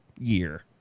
year